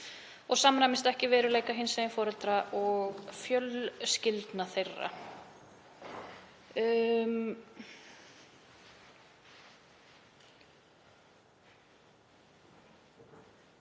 og samræmist ekki veruleika hinsegin foreldra og fjölskyldna þeirra.